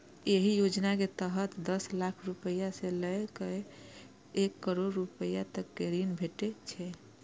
एहि योजना के तहत दस लाख रुपैया सं लए कए एक करोड़ रुपैया तक के ऋण भेटै छै